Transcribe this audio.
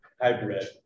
hybrid